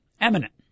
Eminent